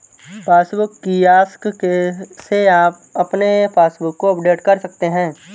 passbook kiosk से आप अपने पासबुक को अपडेट कर सकते हैं